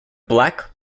black